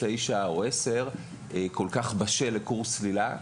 תשע או 10 כל כך בשל לקורס צלילה.